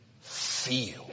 feel